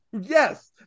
yes